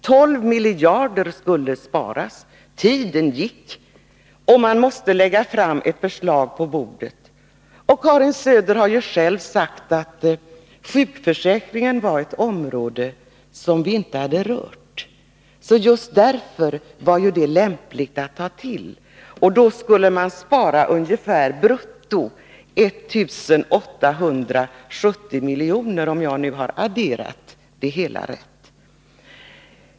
12 miljarder kronor skulle sparas. Tiden gick, och man måste lägga fram ett förslag på bordet. Karin Söder har själv sagt att sjukförsäkringen var ett område som vi inte hade rört — så just därför var det lämpligt att ta till. Och genom nu föreslagna förändringar skulle man spara ungefär 1 870 milj.kr. — om jag nu har adderat det hela rätt.